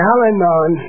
Al-Anon